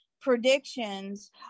predictions